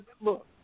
look